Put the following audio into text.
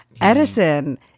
Edison